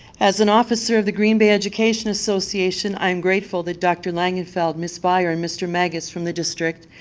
as an officer of the green bay education association, i'm grateful that dr. langenfeld, ms. byer, and mr. mangus from the district,